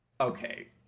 okay